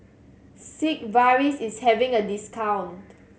sigvaris is having a discount